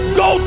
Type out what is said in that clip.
go